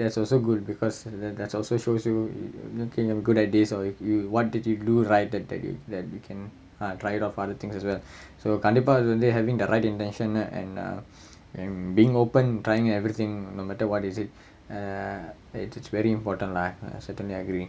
that's also good because that also shows you okay you're good at this or you what did you do right I tell you then you can try it out other things also so கண்டிப்பா அது வந்து:kandippaa athu vanthu having the right intention and also being open and trying everything no matter what is it uh it's very important lah I certainly agree